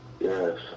Yes